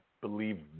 believe